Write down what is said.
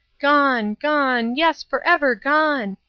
gone, gone yes, forever gone!